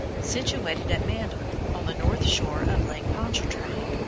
situated at mandeville on the north shore of lake pontchartrain.